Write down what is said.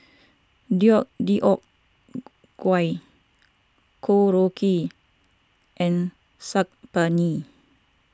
Deodeok Gui Korokke and Saag Paneer